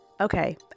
okay